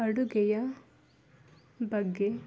ಅಡುಗೆಯ ಬಗ್ಗೆ